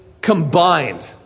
combined